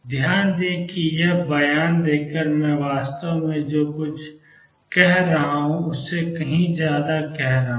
ध्यान दें कि यह बयान देकर मैं वास्तव में जो कुछ कह रहा हूं उससे कहीं ज्यादा कह रहा हूं